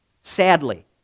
sadly